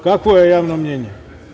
Kakvo je javno mnjenje?